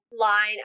line